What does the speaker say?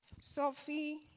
Sophie